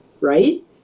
right